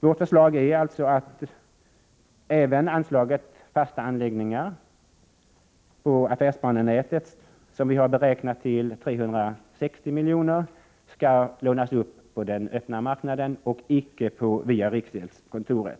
Vårt förslag är alltså att även anslaget Fasta anläggningar på affärsbanenätet, som vi har beräknat till 360 milj.kr., skall lånas upp på den öppna marknaden och icke via riksgäldskontoret.